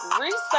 research